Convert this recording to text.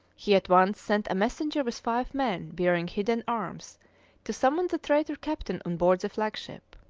he at once sent a messenger with five men bearing hidden arms to summon the traitor captain on board the flagship.